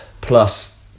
plus